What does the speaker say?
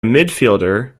midfielder